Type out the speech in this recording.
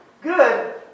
Good